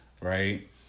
right